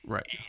Right